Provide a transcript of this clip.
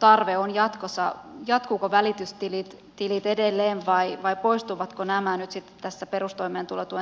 tarve on jatkossa jatkuvatko välitystilit edelleen vai poistuvatko nämä nyt sitten tässä perustoimeentulotuen siirtämisen myötä